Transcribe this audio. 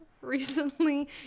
recently